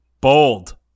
bold